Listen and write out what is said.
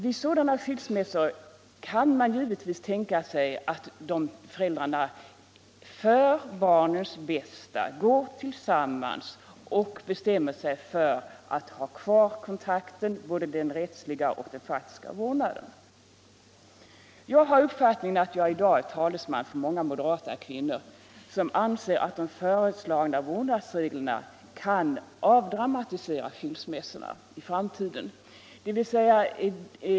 Vid sådana skilsmässor kan man givetvis tänka sig att föräldrarna för barnens bästa bestämmer sig för att ha kvar kontakten, både den rättsliga och den faktiska vårdnaden. Jag har uppfattningen att jag i dag är talesman för många moderata kvinnor som anser att de föreslagna vårdnadsreglerna kan avdramatisera skilsmässorna i framtiden.